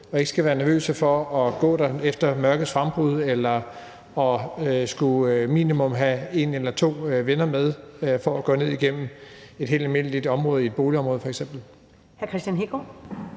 og ikke skal være nervøse for at gå der efter mørkets frembrud og minimum have en eller to venner med for at gå ned igennem et helt almindeligt område i f.eks. et boligområde.